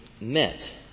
met